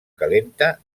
calenta